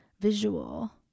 visual